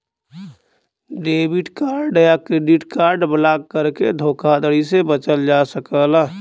debit card या credit card block करके धोखाधड़ी से बचल जा सकला